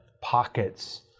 pockets